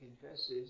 confesses